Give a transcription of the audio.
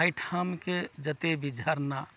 एहिठामके जते भी झरना